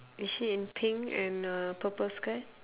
is she in pink and uh purple skirt